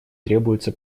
требуется